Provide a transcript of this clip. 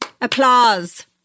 applause